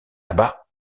abat